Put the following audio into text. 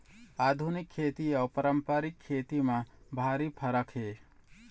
आधुनिक खेती अउ पारंपरिक खेती म भारी फरक हे